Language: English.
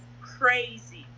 crazy